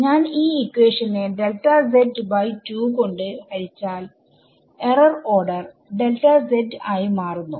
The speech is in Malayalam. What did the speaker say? ഞാൻ ഈ ഇക്വേഷനെ കൊണ്ട് ഹരിച്ചാൽ എറർ ഓർഡർ ആയി മാറുന്നു